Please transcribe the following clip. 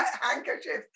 handkerchief